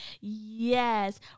yes